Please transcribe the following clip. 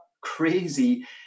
crazy